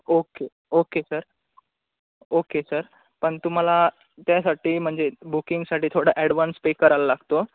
okay okay sir okay sir पण तुम्हाला त्यासाठी म्हणजे बुकिंगसाठी थोडं ॲडव्हान्स पे करायला लागतो